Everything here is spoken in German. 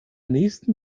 nächsten